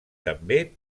també